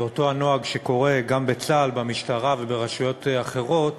ואותו נוהג שקורה גם בצה"ל, במשטרה וברשויות אחרות